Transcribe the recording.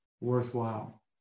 worthwhile